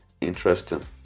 Interesting